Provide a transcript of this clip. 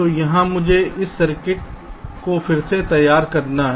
तो यहाँ मुझे इस सर्किट को फिर से तैयार करना है